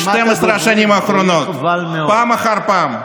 ב-12 השנים האחרונות פעם אחר פעם.